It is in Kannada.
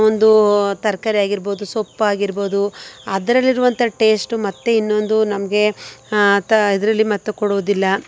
ಒಂದು ತರಕಾರಿ ಆಗಿರ್ಬೋದು ಸೊಪ್ಪಾಗಿರ್ಬೋದು ಅದರಲ್ಲಿರುವಂಥ ಟೇಸ್ಟು ಮತ್ತೆ ಇನ್ನೊಂದು ನಮಗೆ ತಾ ಇದರಲ್ಲಿ ಮತ್ತೆ ಕೊಡುವುದಿಲ್ಲ